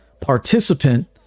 participant